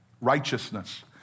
Righteousness